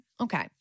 Okay